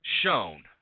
Shown